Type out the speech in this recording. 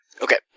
okay